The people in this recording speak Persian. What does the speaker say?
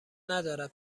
ندارد